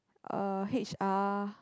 uh h_r